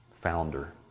founder